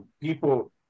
People